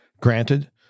Granted